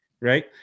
Right